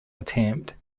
attempt